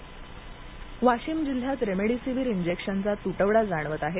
वाशिम वाशीम जिल्ह्यात रेमेडिसिवीर इंजेक्शनचा तुटवडा जाणवत आहे